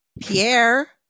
Pierre